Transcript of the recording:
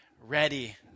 ready